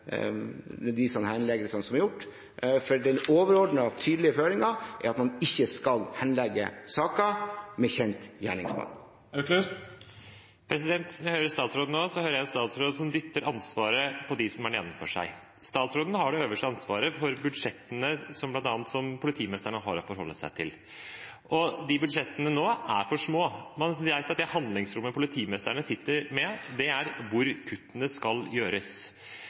som er gjort, for den overordnede, tydelige føringen er at man ikke skal henlegge saker med kjent gjerningsmann. Når jeg hører statsråden nå, hører jeg en statsråd som dytter ansvaret over på dem som er under ham. Statsråden har det øverste ansvaret for budsjettene som bl.a. politimestrene har å forholde seg til. Budsjettene nå er for små. De er slik at det handlingsrommet politimestrene sitter med, dreier seg om hvor kuttene skal tas. Mitt spørsmål til statsråden dreier seg derfor nettopp om de tøffe prioriteringene som må gjøres